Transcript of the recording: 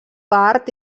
part